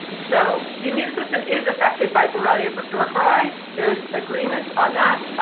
so, the immune system is affected by borrelia burgdorferi. there's agreement on that.